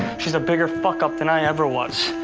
she's a bigger fuck-up than i ever was